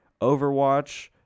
Overwatch